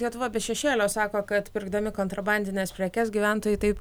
lietuva be šešėlio sako kad pirkdami kontrabandines prekes gyventojai taip